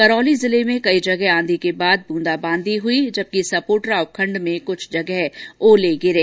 करौली जिले में कई जगह आंधी के बाद बूंदाबांदी हुई जबकि सपोटरा उपखण्ड में कुछ जगह ओले गिरे